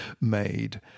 made